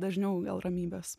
dažniau dėl ramybės